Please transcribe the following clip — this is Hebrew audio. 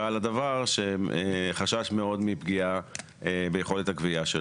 בעל הדבר שחשש מאוד מפגיעה ביכולת הגבייה שלו.